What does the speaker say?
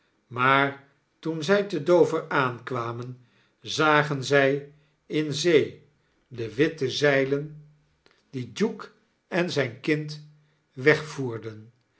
maar toen zy te d o v e r aankwamen zagen zy in zee de witte zeilen die duke en zgn kind wegvoerden